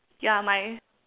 ya my